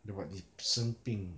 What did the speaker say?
有 what 你生病